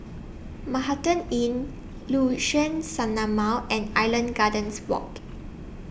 Manhattan Inn Liuxun Sanhemiao and Island Gardens Walk